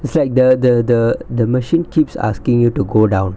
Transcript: it's like the the the the machine keeps asking you to go down